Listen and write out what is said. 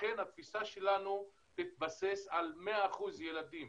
לכן התפיסה שלנו מתבססת על 100% ילדים